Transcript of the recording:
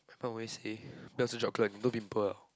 my mum always say Belgian chocolate no pimple ah